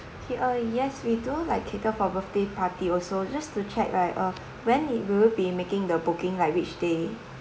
okay uh yes we do like cater for birthday party also just to check right uh when will you be making the booking like which day